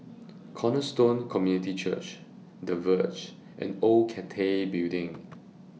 Cornerstone Community Church The Verge and Old Cathay Building